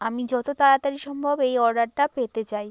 আমি যত তাড়াতাড়ি সম্ভব এই অর্ডারটা পেতে চাই